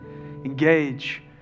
engage